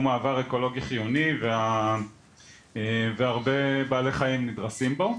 מעבר אקולוגי חיוני והרבה בעלי חיים נדרסים בו.